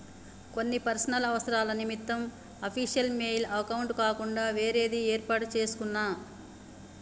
కొన్ని పర్సనల్ అవసరాల నిమిత్తం అఫీషియల్ మెయిల్ అకౌంట్ కాకుండా వేరేది యేర్పాటు చేసుకున్నా